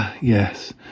yes